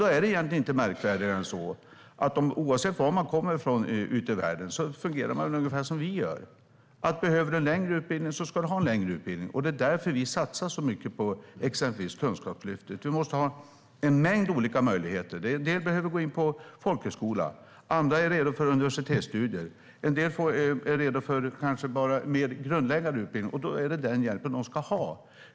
Då är det inte märkvärdigare än att man fungerar på ungefär samma sätt oavsett varifrån i världen man kommer. Om du behöver en längre utbildning ska du ha en längre utbildning. Det är därför vi satsar så mycket på exempelvis Kunskapslyftet. Vi måste ha en mängd olika möjligheter. En del behöver gå på folkhögskola. Andra är redo för universitetsstudier. En del behöver mer grundläggande utbildning, och då är det den hjälpen de ska ha.